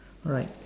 alright